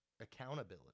accountability